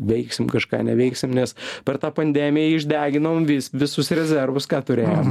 veiksim kažką neveiksim nes per tą pandemiją išdeginom vis visus rezervus ką turėjom